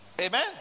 Amen